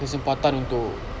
kesempatan untuk